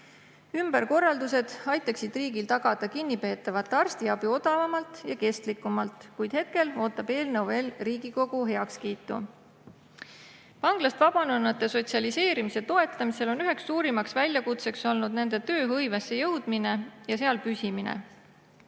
Ümberkorraldused aitaksid riigil tagada kinnipeetavate arstiabi odavamalt ja kestlikumalt. Hetkel ootab eelnõu veel Riigikogu heakskiitu. Vanglast vabanenute sotsialiseerimise toetamisel on üks suurimaid väljakutseid olnud nende tööhõivesse jõudmine ja seal püsimine.